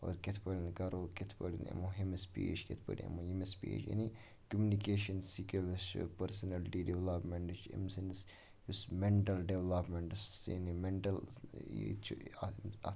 اور کِتھ پٲٹھۍ کَرو کِتھ پٲٹھۍ یِمو ہُمِس پیش کِتھ پٲٹھۍ یِمو یٔمِس پیش یعنی کٔمنِکیشَن سِکِلٕز چھِ پٔرسنَلٹی ڈٮ۪ولَپمینٛٹٕز چھِ امہِ سٕنٛدِس یُس مینٹَل ڈٮ۪ولَپمینٛٹٕز یعنی مینٹَل یہِ تہِ چھِ اَتھ